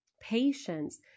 patience